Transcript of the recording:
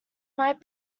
might